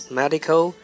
medical